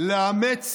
לאמץ